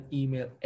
email